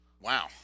Wow